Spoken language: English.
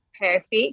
perfect